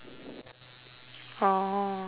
oh